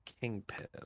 Kingpin